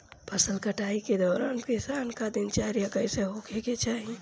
फसल कटाई के दौरान किसान क दिनचर्या कईसन होखे के चाही?